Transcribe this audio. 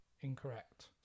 Incorrect